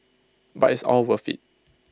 but it's all worth IT